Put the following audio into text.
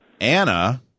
Anna